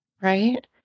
right